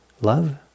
love